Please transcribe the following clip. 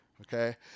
okay